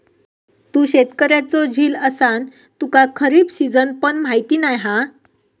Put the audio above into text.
तू शेतकऱ्याचो झील असान तुका खरीप सिजन पण माहीत नाय हा